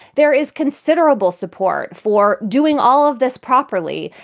there is considerable support for doing all of this properly.